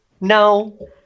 no